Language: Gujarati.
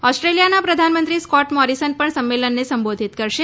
ઓસ્ટ્રેલિયાના પ્રધાનમંત્રી સ્કોટ મોરીસન પણ સંમેલનને સંબોધિત કરશે